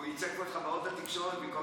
הוא ייצג פה את חברות התקשורת במקום